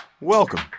Welcome